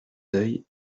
deuil